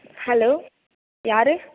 hello யார்